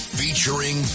featuring